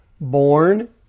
born